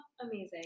Amazing